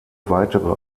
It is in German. weitere